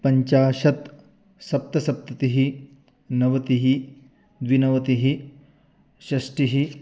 पञ्चाशत् सप्तसप्ततिः नवतिः द्विनवतिः षष्टिः